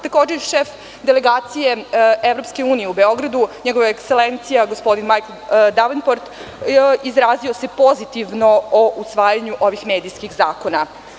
Takođe, ovim šef delegacije EU u Beogradu, njegova ekselencija gospodin Majkl Devenport izrazio se pozitivno o usvajanju ovih medijskih zakona.